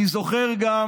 אני זוכר גם